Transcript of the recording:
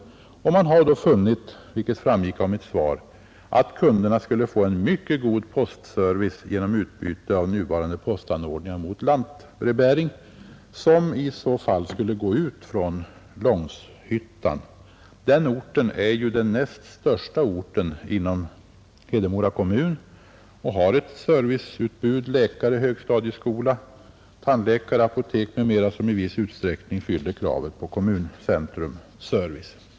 Man har då funnit, vilket framgick av mitt svar, att kunderna skulle få en mycket god postservice genom utbyte av nuvarande postanordningar mot lantbrevbäring, som i så fall skulle gå ut från Långshyttan. Den orten är den näst största inom Hedemora kommun och har ett serviceutbud — läkare, högstadieskola, tandläkare, apotek m.m. — som i viss utsträckning fyller kravet på kommuncentrumservice.